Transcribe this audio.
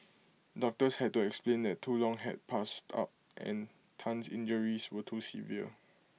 doctors had to explain that too long had passed up and Tan's injuries were too severe